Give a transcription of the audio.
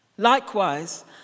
Likewise